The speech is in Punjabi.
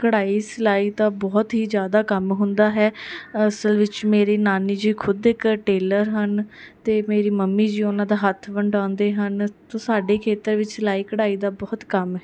ਕਢਾਈ ਸਿਲਾਈ ਤਾਂ ਬਹੁਤ ਹੀ ਜ਼ਿਆਦਾ ਕੰਮ ਹੁੰਦਾ ਹੈ ਅਸਲ ਵਿੱਚ ਮੇਰੀ ਨਾਨੀ ਜੀ ਖੁਦ ਇੱਕ ਟੇਲਰ ਹਨ ਅਤੇ ਮੇਰੀ ਮੰਮੀ ਜੀ ਉਹਨਾਂ ਦਾ ਹੱਥ ਵੰਡਾਉਂਦੇ ਹਨ ਅਤੇ ਸਾਡੇ ਖੇਤਰ ਵਿੱਚ ਸਿਲਾਈ ਕਢਾਈ ਦਾ ਬਹੁਤ ਕੰਮ ਹੈ